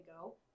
go